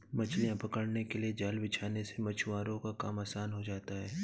मछलियां पकड़ने के लिए जाल बिछाने से मछुआरों का काम आसान हो जाता है